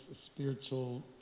spiritual